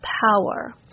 power